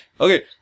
Okay